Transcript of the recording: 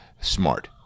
smart